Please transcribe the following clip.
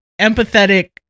empathetic